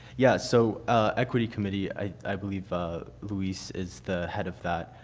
yeah so equity committee i believe ah luis is the head of that.